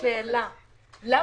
אני